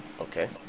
Okay